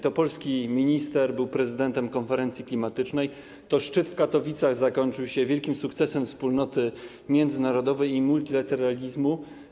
To polski minister był prezydentem konferencji klimatycznej, to szczyt w Katowicach zakończył się wielkim sukcesem wspólnoty międzynarodowej i multilateralizmu.